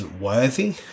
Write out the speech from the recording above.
worthy